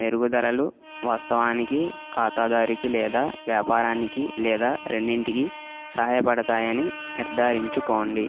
మెరుగుదలలు వాస్తవానికి ఖాతాదారుకి లేదా వ్యాపారానికి లేదా రెండింటికి సహాయపడతాయని నిర్ధారించుకోండి